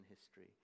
history